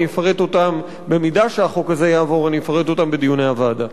אם החוק הזה יעבור, אני אפרט אותן בדיוני הוועדה.